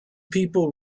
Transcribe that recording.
people